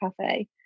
Cafe